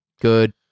Good